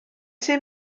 sydd